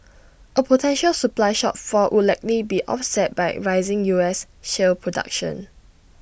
A potential supply shortfall would likely be offset by rising U S shale production